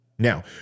Now